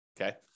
okay